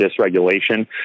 dysregulation